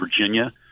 Virginia